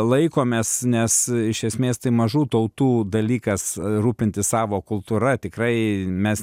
laikomės nes iš esmės tai mažų tautų dalykas rūpintis savo kultūra tikrai mes